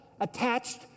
attached